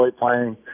playing